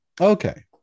Okay